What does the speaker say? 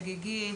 בגיגית.